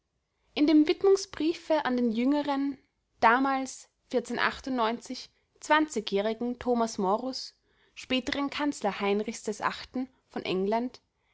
in dem widmungsbriefe an den jüngeren damals zwanzigjährigen thomas morus späteren kanzler heinrichs viii von england